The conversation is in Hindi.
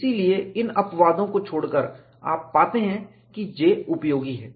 इसलिए इन अपवादों को छोड़कर आप पाते हैं कि J उपयोगी है